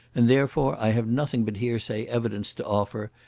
and therefore i have nothing but hearsay evidence to offer,